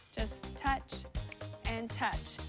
just touch and touch.